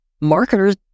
marketers